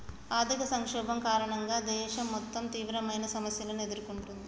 ఆర్థిక సంక్షోభం కారణంగా దేశం మొత్తం తీవ్రమైన సమస్యలను ఎదుర్కొంటుంది